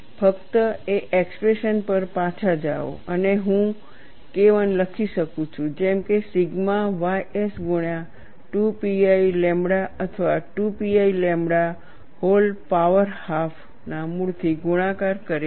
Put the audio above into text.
ફક્ત તે એક્સપ્રેશન પર પાછા જાઓ અને હું KI લખી શકું છું જેમ કે સિગ્મા ys ગુણ્યા 2 pi લેમ્બડા અથવા 2 pi lambda whole power half ના મૂળથી ગુણાકાર કરે છે